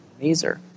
laser